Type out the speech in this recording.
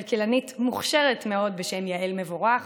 כלכלנית מוכשרת מאוד בשם יעל מבורך.